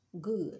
good